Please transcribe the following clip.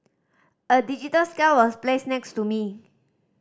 a digital scale was placed next to me